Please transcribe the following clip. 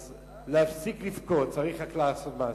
אז להפסיק לבכות, צריך רק לעשות מעשה.